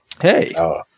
Hey